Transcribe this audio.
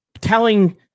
telling